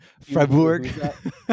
Freiburg